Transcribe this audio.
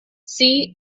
see